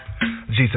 Jesus